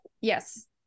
yes